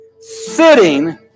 sitting